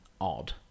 odd